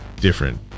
different